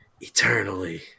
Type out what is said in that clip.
eternally